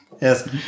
Yes